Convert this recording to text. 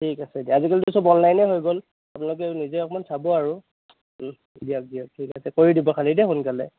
ঠিক আছে দিয়া আজিকালিতো চব অনলাইনে হৈ গ'ল আপোনালোকেও নিজে অকণমান চাব আৰু দিয়ক দিয়ক ঠিক আছে কৰি দিব খালী দেই সোনকালে